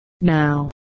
now